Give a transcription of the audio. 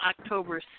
October